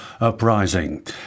Uprising